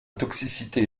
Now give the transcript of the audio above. toxicité